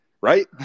Right